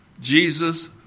Jesus